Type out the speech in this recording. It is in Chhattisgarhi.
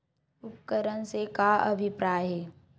उपकरण से का अभिप्राय हे?